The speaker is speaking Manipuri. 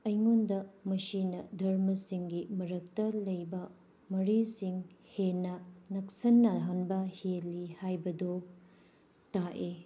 ꯑꯩꯉꯣꯟꯗ ꯃꯁꯤꯅ ꯙꯔꯃꯥꯁꯤꯡꯒꯤ ꯃꯔꯛꯇꯥ ꯂꯩꯕ ꯃꯔꯤꯁꯤꯡ ꯍꯦꯟꯅ ꯅꯛꯁꯤꯟꯅꯍꯟꯕ ꯍꯦꯟꯂꯤ ꯍꯥꯏꯕꯗꯨ ꯇꯥꯛꯑꯦ